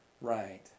right